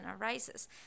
arises